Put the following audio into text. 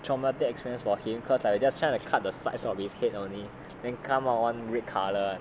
traumatic experience for him because I just kind to cut the size of its head only and come out one red colour [one]